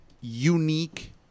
unique